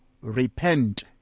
repent